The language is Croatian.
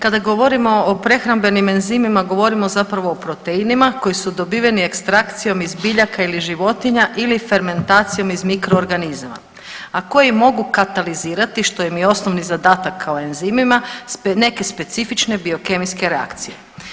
Kada govorimo o prehrambenim enzimima, govorimo zapravo o proteinima koji dobiveni ekstrakcijom iz biljaka ili životinja ili fermentacijom iz mikroorganizama, a koji mogu katalizirati, što im je i osnovni zadak kao enzimima, neke specifične biokemijske reakcije.